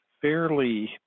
fairly